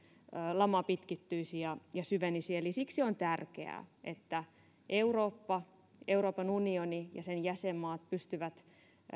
lama pitkittyisi ja ja syvenisi eli siksi on tärkeää että eurooppa euroopan unioni ja sen jäsenmaat pystyvät